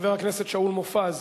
חבר הכנסת שאול מופז.